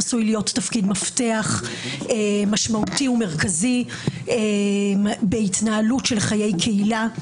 עשוי להיות תפקיד מפתח משמעותי ומרכזי בהתנהלות של חיי קהילה,